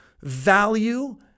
value